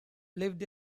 lived